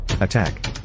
attack